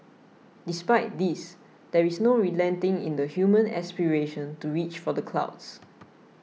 despite this there is no relenting in the human aspiration to reach for the clouds